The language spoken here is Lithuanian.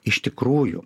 iš tikrųjų